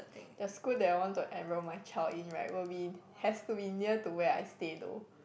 the school that I want to enroll my child in right will be has to be near to where I stay though